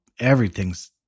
everything's